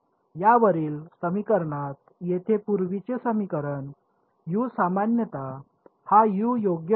या वरील समीकरणात येथे पूर्वीचे समीकरण यू सामान्यतः हा यू योग्य होता